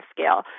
Scale